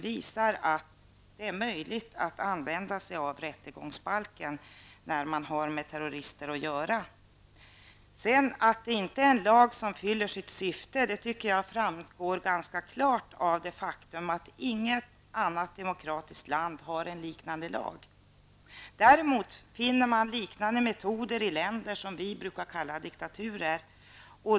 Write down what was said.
Det fallet visar att det är möjligt att använda sig av rättegångsbalken när man har med terrorister att göra. Att den inte är en lag som fyller sitt syfte tycker jag framgår ganska klart av det faktum att inget annat demokratiskt land har en liknande lag. Däremot finner man liknande metoder i länder som vi brukar kalla diktaturer.